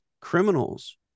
criminals